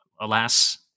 alas